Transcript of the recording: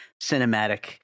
cinematic